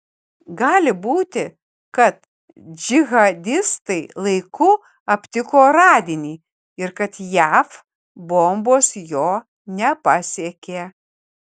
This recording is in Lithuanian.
gali būti kad džihadistai laiku aptiko radinį ir kad jav bombos jo nepasiekė